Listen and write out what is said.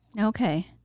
Okay